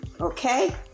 okay